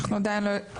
אנחנו עדיין לא יודעים.